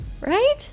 Right